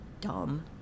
dumb